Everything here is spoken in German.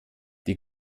die